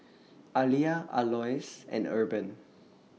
Aliyah Alois and Urban